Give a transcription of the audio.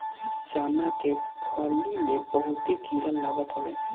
चना के फली में बहुते कीड़ा लागत हवे